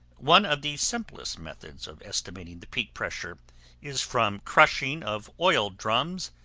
one of the simplest methods of estimating the peak pressure is from crushing of oil drums,